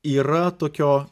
yra tokio